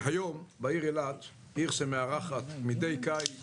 היום בעיר אילת, עיר שמארחת מדי קיץ